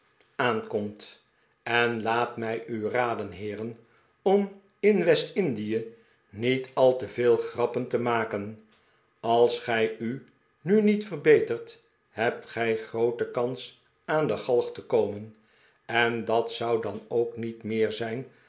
aankomt en laat mij u raden heeren om in west-indie niet al te veel grappen te maken als gij u nu niet verbetert hebt gij groote kans aan de galg te komen en dat zou dan ook niet meer zijn